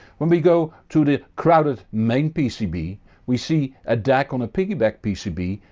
when we go to the crowded main pcb we see a dac on a piggyback pcb,